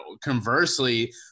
conversely